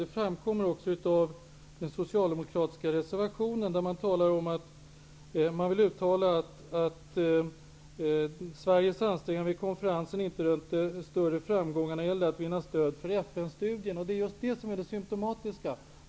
Det framkommer också av den socialdemokratiska reservationen, där man uttalar ''att Sveriges ansträngningar vid konferensen inte rönte större framgångar när det gällde att vinna stöd för FN-studien''. Det är detta som är det symptomatiska.